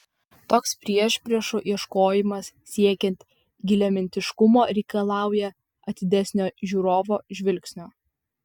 toks priešpriešų ieškojimas siekiant giliamintiškumo reikalauja atidesnio žiūrovo žvilgsnio